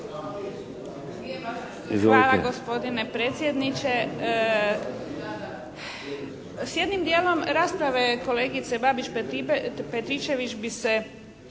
Hvala gospodine predsjedniče. S jednim dijelom rasprave kolegice Babić Petričević bi se